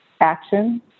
action